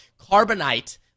Carbonite